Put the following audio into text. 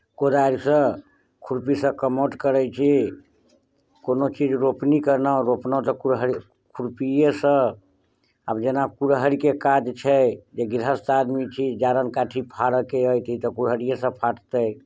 कोदारिसँ खुरपीसँ कमौट करैत छी कोनो चीज रोपनी कयलहुँ रोपलहुँ तऽ कोदा खुरपीएसँ आब जेना कुड़हरिके काज छै जे गृहस्थ आदमी छी जारनि काठी फारयके अइ तऽ कुड़हरिएसँ फाटतै